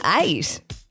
eight